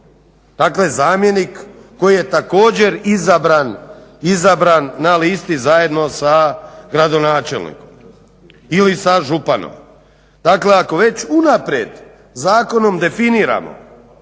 dakle zamjenik koji je također izabran na listi zajedno sa gradonačelnikom ili sa županom. Dakle ako već unaprijed zakonom definiramo